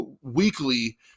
weekly